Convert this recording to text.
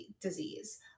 disease